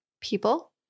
people